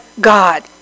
God